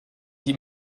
die